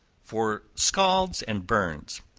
for scalds and burns.